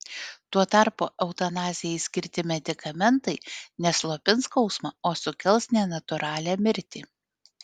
tuo tarpu eutanazijai skirti medikamentai ne slopins skausmą o sukels nenatūralią mirtį